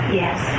yes